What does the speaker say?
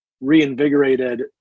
reinvigorated